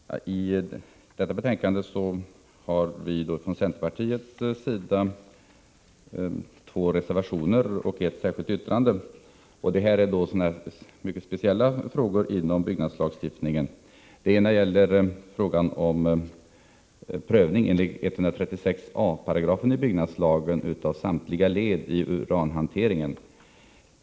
Herr talman! I anslutning till detta betänkande har vi från centerpartiets sida medverkat i två reservationer. Vi har också ett särskilt yttrande. Det gäller mycket speciella frågor inom byggnadslagstiftningen. Den ena är frågan om prövning enligt 136a§ byggnadslagen av samtliga led i uranhanteringen.